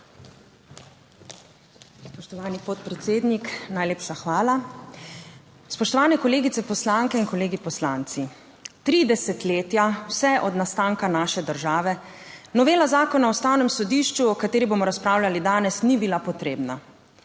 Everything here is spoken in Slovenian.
Spoštovani podpredsednik, najlepša hvala! Spoštovane kolegice poslanke in kolegi poslanci! Tri desetletja, vse od nastanka naše države, novela Zakona o Ustavnem sodišču, o kateri bomo razpravljali danes, ni bila potrebna.